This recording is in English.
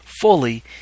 fully